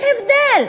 יש הבדל.